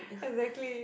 exactly